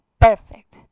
Perfect